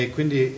Quindi